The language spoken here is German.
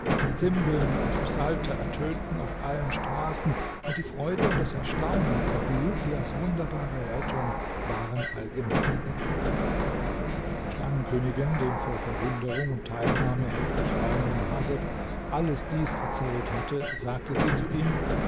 zimbeln und psalter ertönten auf allen straßen und die freude und das erstaunen über bulukias wunderbare rettung waren allgemein als die schlangenkönigin dem vor verwunderung und teilnahme heftig weinenden haseb alles dies erzählt hatte sagte sie ihm